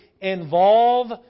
Involve